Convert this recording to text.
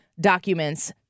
documents